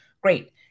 Great